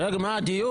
רגע, מה דיון?